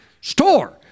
store